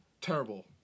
terrible